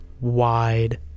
wide